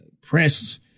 press